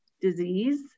disease